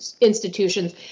institutions